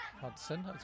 Hudson